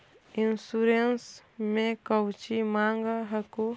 Insurance मे कौची माँग हको?